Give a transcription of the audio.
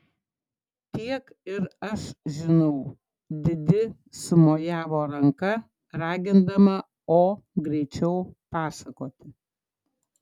tiek ir aš žinau didi sumojavo ranka ragindama o greičiau pasakoti